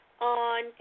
on